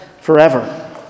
forever